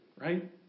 right